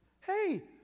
hey